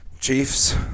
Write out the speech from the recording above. Chiefs